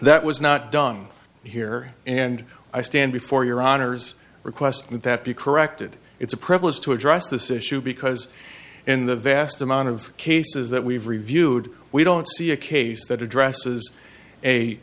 that was not done here and i stand before your honor's request that that be corrected it's a privilege to address this issue because in the vast amount of cases that we've reviewed we don't see a case that addresses a